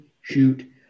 shoot